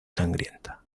sangrienta